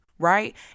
Right